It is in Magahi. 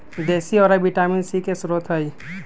देशी औरा विटामिन सी के स्रोत हई